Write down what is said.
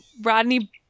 Rodney